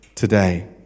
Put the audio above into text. today